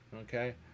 okay